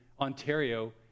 Ontario